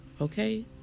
Okay